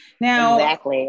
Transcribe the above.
Now